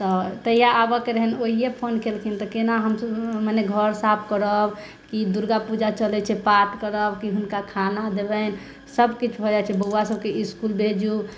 तऽ तहिया आबऽ कऽ रहनि ओहिए फोन कैलखिन तऽ केना हमसभ मने घर साफ करब कि दुर्गा पूजा चलै छै पाठ करब कि हुनका खाना देबनि सभकिछु भऽ जाइ छै बौआ सभके इसकुल भेजू